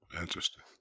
interesting